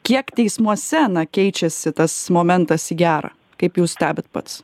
kiek teismuose na keičiasi tas momentas į gerą kaip jūs stebit pats